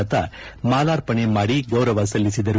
ಲತಾ ಮಾಲಾರ್ಪಣೆ ಮಾಡಿ ಗೌರವ ಸಲ್ಲಿಸಿದರು